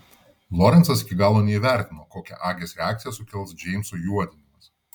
lorencas iki galo neįvertino kokią agės reakciją sukels džeimso juodinimas